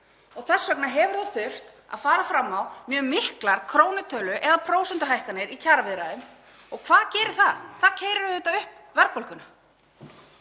Þess vegna hefur þurft að fara fram á mjög miklar krónutölu- eða prósentuhækkanir í kjaraviðræðum. Og hvað gerir það? Það keyrir auðvitað upp verðbólguna.